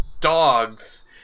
dogs